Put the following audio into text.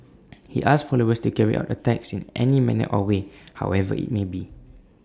he asked followers to carry out attacks in any manner or way however IT may be